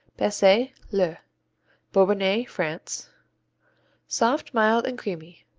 bessay, le bourbonnais, france soft, mild, and creamy.